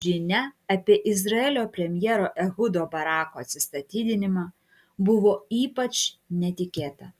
žinia apie izraelio premjero ehudo barako atsistatydinimą buvo ypač netikėta